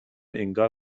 انگار